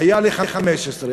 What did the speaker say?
היה ל-15,